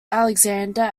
alexander